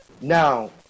Now